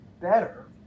better